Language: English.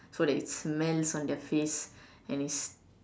so that it smells on their face and it's